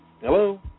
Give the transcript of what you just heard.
Hello